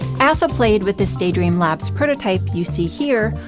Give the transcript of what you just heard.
also played with this daydream labs prototype you see here,